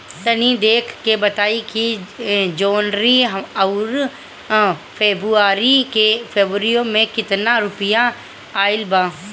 तनी देख के बताई कि जौनरी आउर फेबुयारी में कातना रुपिया आएल बा?